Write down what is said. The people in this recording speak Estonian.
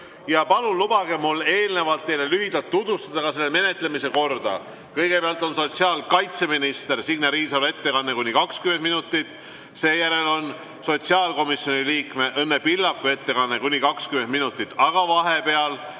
Palun lubage mul eelnevalt teile lühidalt tutvustada selle menetlemise korda. Kõigepealt on sotsiaalkaitseminister Signe Riisalo ettekanne kuni 20 minutit. Seejärel on sotsiaalkomisjoni liikme Õnne Pillaku ettekanne kuni 20 minutit. Aga vahepeal,